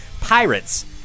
Pirates